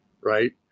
right